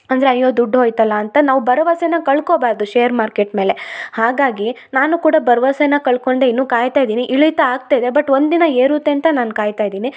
ಅಂದರೆ ಅಯ್ಯೋ ದುಡ್ಡು ಹೋಯ್ತಲ್ಲಾ ಅಂತ ನಾವು ಭರವಸೆನ ಕಳ್ಕೊಬಾರದು ಶೇರ್ ಮಾರ್ಕೆಟ್ ಮೇಲೆ ಹಾಗಾಗಿ ನಾನು ಕೂಡ ಭರ್ವಸೆನ ಕಳ್ಕೊಂಡೆ ಇನ್ನು ಕಾಯ್ತಾ ಇದ್ದೀನಿ ಇಳಿತ ಆಗ್ತಯಿದೆ ಬಟ್ ಒಂದಿನ ಏರುತ್ತೆ ಅಂತ ನಾನು ಕಾಯ್ತಾ ಇದ್ದೀನಿ